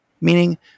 meaning